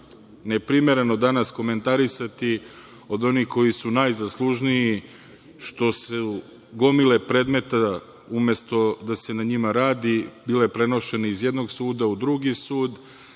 neprimereno danas komentarisati od onih koji su najzaslužniji što je gomila predmeta, umesto da se na njima radi, bilo prenošeno iz jedno suda u drugi sud,